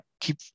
keep